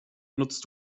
nutzt